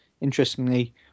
interestingly